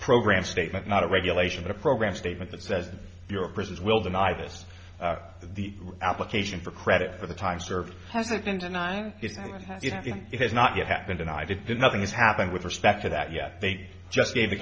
program statement not a regulation a program statement that says your prisoners will deny this the application for credit for the time served hasn't been denying it has not yet happened and i did that nothing has happened with respect to that yet they just gave the